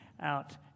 out